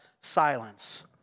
silence